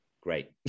Great